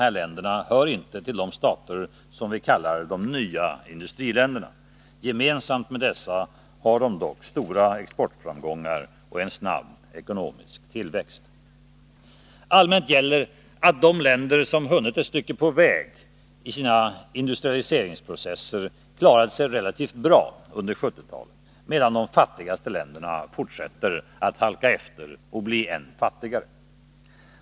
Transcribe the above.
Till bilden hör att de ekonomiska klyftorna mellan olika u-länder vidgas snabbare än mellan de traditionella ioch u-landsblocken. Allmänt gäller att de länder som har hunnit ett stycke på väg i sin industrialiseringsprocess har klarat sig relativt bra under 1970-talet, medan de fattigaste länderna fortsätter att halka efter och blir ännu fattigare.